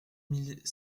mille